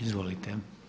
Izvolite.